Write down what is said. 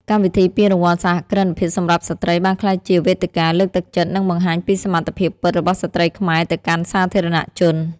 កម្មវិធីពានរង្វាន់សហគ្រិនភាពសម្រាប់ស្ត្រី បានក្លាយជាវេទិកាលើកទឹកចិត្ត និងបង្ហាញពីសមត្ថភាពពិតរបស់ស្ត្រីខ្មែរទៅកាន់សាធារណជន។